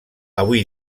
avui